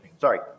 Sorry